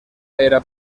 era